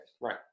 right